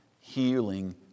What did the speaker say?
healing